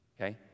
Okay